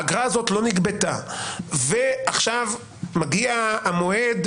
האגרה הזאת לא נגבתה ועכשיו מגיע המועד,